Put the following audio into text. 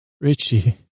Richie